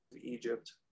Egypt